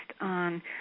on